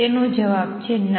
તેનો જવાબ છે ના